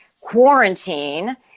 quarantine